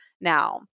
now